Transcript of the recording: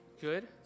Good